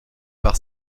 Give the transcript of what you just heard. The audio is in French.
par